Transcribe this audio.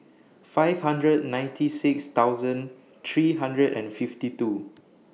five hundred ninety six thousand three hundred and fifty two